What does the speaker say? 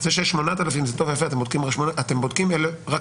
זה שיש 8,000 זה טוב ויפה אבל אתם בודקים רק פרטות.